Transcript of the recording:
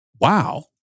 wow